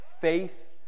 faith